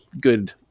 good